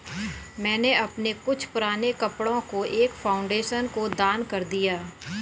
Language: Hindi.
मैंने अपने कुछ पुराने कपड़ो को एक फाउंडेशन को दान कर दिया